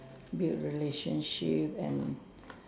build relationship and